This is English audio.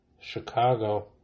Chicago